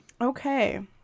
Okay